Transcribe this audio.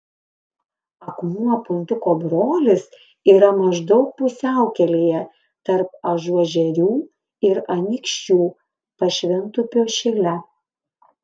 akmuo puntuko brolis yra maždaug pusiaukelėje tarp ažuožerių ir anykščių pašventupio šile